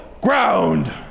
ground